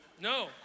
no